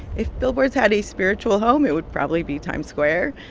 if billboards had a spiritual home, it would probably be times square.